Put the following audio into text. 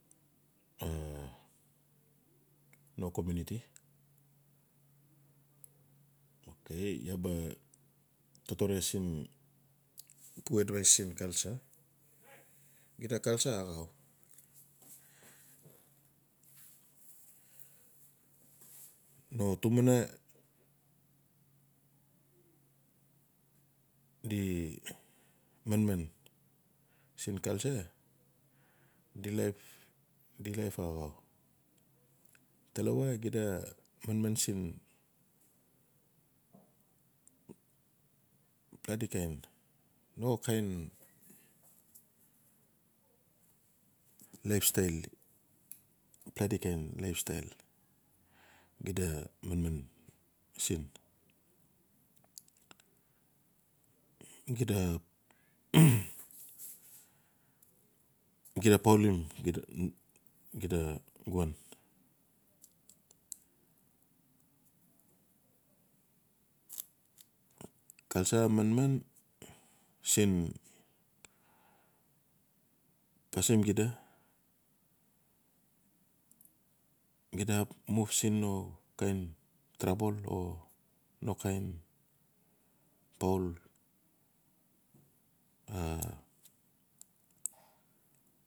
A no komiuniti, ok iaa ba totore siin pu advais siin culture xida culture a axau. No tubuna di manman siin culture di life a axau. talawa xia manman siin pladi kain, no kain life stail, pladi kain life stail xida manman siin. Xida xida poulim xida woun, culture a manman siin pasim xida, xuda ap move siin no kan trabel o no kain poul a.